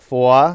Four